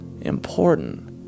important